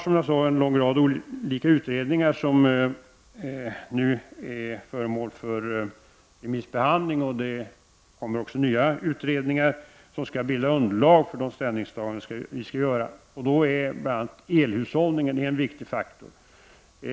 Vi har en lång rad olika utredningar som nu är föremål för remissbehandling och det kommer nya utredningar som skall bilda underlag för de ställningstaganden som vi skall göra. Då är bl.a. elhushållningen en viktig faktor.